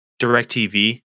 DirecTV